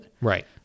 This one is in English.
Right